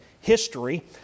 history